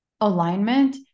Alignment